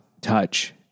touch